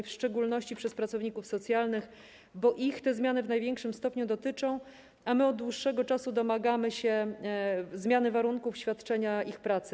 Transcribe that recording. W szczególności przez pracowników socjalnych, bo ich te zmiany w największym stopniu dotyczą, a my od dłuższego czasu domagamy się zmiany warunków świadczenia przez nich pracy.